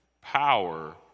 power